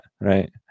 right